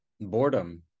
boredom